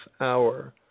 Hour